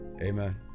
Amen